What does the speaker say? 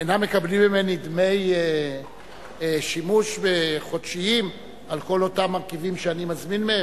אינם מקבלים ממני דמי שימוש חודשיים על כל אותם מרכיבים שאני מזמין מהם?